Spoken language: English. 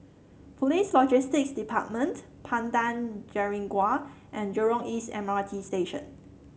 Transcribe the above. Police Logistics Department Padang Jeringau and Jurong East M R T Station